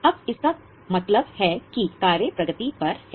अब इसका क्या मतलब है की कार्य प्रगति पर है